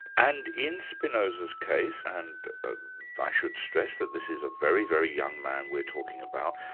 and in spinoza's case, and i should stress that this is a very, very young man we're talking about,